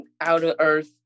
out-of-earth